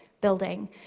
building